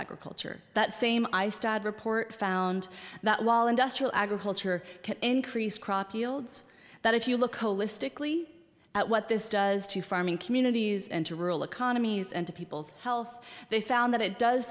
agriculture that same report found that while industrial agriculture can increase crop yields that if you look at what this does to farming communities and to rural economies and to people's health they found that it does